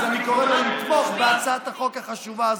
אז אני קורא לו לתמוך בהצעת החוק החשובה הזאת.